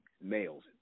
males